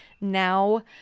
now